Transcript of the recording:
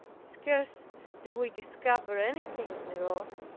scarce do we discover anything thereof,